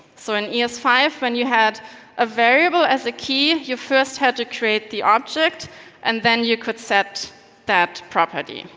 so in e s five when you had a variable as a key, you first had to create the object and then you could set that property.